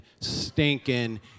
stinking